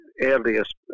earliest